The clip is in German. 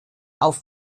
auf